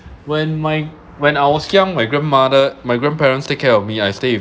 when my when I was young my grandmother my grandparents take care of me I stayed